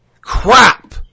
crap